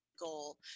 goal